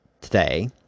today